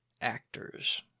actors